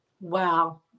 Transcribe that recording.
Wow